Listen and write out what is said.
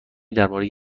درباره